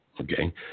Okay